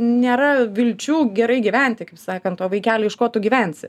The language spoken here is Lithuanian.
nėra vilčių gerai gyventi kaip sakant o vaikeli iš ko tu gyvensi